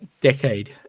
decade